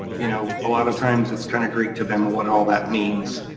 you know a lot of times it's kind of gray to them of what all that means.